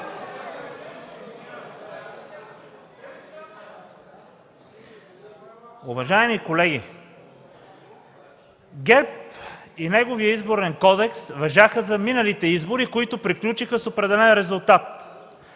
Уважаеми колеги, ГЕРБ и неговият Изборен кодекс важаха за миналите избори, които приключиха с определен резултат.